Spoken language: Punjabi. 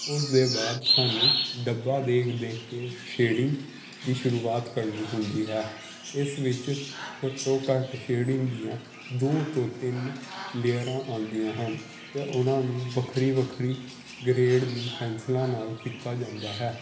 ਉਸਦੇ ਬਾਅਦ ਸਾਨੂੰ ਡੱਬਾ ਦੇਖ ਦੇਖ ਕੇ ਸ਼ੇਡਿੰਗ ਦੀ ਸ਼ੁਰੂਆਤ ਕਰਨੀ ਹੁੰਦੀ ਹੈ ਇਸ ਵਿੱਚ ਘੱਟੋ ਘੱਟ ਸ਼ੇਡਿੰਗ ਦੀਆਂ ਦੋ ਤੋਂ ਤਿੰਨ ਲੇਅਰਾਂ ਆਉਂਦੀਆਂ ਹਨ ਅਤੇ ਉਹਨਾਂ ਨੂੰ ਵੱਖਰੀ ਵੱਖਰੀ ਗਰੇਡ ਦੀ ਪੈਨਸਿਲਾਂ ਨਾਲ ਕੀਤਾ ਜਾਂਦਾ ਹੈ